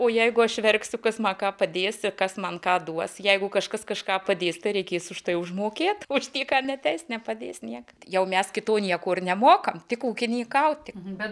o jeigu aš verksiu kas man ką padėsi kas man ką duos jeigu kažkas kažką padės tereikės už tai užmokėti už dyka neteis nepadės niekas jau mes kitų niekur nemokame tik ūkininkauti bet